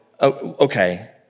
okay